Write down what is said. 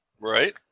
Right